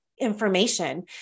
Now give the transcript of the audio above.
information